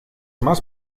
más